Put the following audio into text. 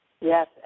Yes